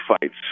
fights